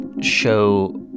show